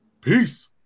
Peace